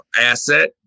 asset